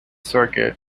circuit